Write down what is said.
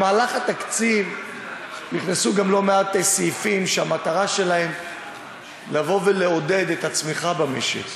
בתקציב נכנסו גם לא מעט סעיפים שהמטרה שלהם לעודד את הצמיחה במשק: